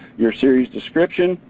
your series description,